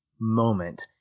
moment